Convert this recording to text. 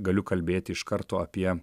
galiu kalbėti iš karto apie